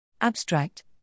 Abstract